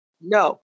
No